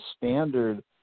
standard